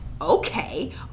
Okay